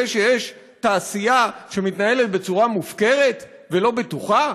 שיש תעשייה שמתנהלת בצורה מופקרת ולא בטוחה?